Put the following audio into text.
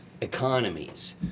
economies